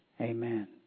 Amen